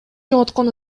жоготкон